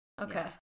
Okay